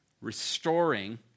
Restoring